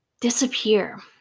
disappear